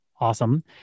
Awesome